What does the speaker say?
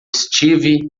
steve